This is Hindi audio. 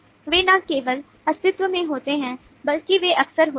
वे न केवल अस्तित्व में होते हैं बल्कि वे अक्सर होते हैं